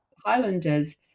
highlanders